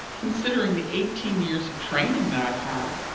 considering the eighteen years of training that i've had?